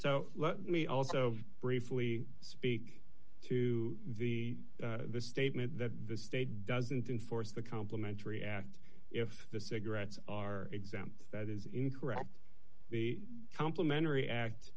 so let me also briefly speak to the statement that the state doesn't enforce the complementary act if the cigarettes are exempt that is incorrect the complimentary act